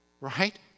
right